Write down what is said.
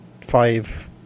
five